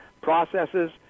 processes